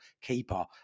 keeper